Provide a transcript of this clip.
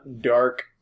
dark